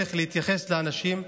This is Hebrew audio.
צריך להתייחס לאנשים,